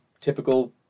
typical